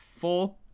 four